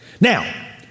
Now